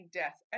death